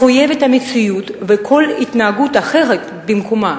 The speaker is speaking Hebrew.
מחויבת המציאות, וכל התנהגות אחרת במקומה